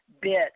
bit